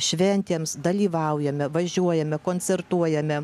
šventėms dalyvaujame važiuojame koncertuojame